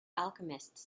alchemists